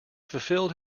fulfilled